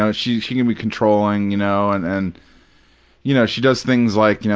ah she she can be controlling. you know and and you know she does things like, you know